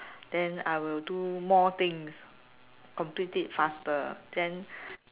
then I will do more things complete it faster then